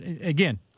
again